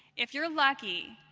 if you're lucky,